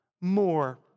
more